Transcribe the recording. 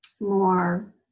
more